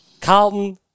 Carlton